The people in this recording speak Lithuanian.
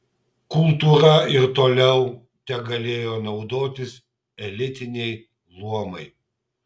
kultūra ir toliau tegalėjo naudotis elitiniai luomai